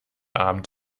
abend